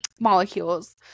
molecules